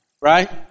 right